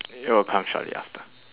it will come shortly after